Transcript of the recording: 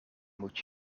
moet